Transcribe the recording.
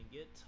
get